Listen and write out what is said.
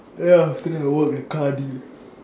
ya after that I work as car dealer